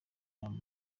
rwanda